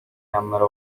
yanlıları